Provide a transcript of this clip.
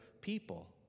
people